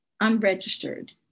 unregistered